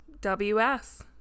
WS